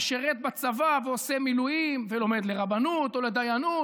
שירת בצבא ועושה מילואים ולומד לרבנות או לדיינות,